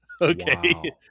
Okay